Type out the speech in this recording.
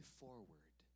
forward